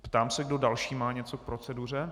Ptám se, kdo další má něco k proceduře.